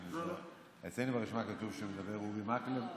אצלנו ברשימה כתוב שמדברים אורי מקלב,